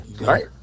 Right